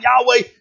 Yahweh